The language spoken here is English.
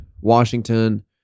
Washington